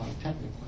Technically